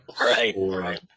right